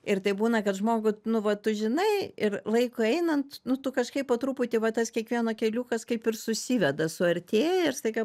ir tai būna kad žmogų nu va tu žinai ir laikui einant nu tu kažkaip po truputį va tas kiekvieno keliukas kaip ir susiveda suartėja ir staiga